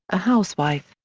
a housewife,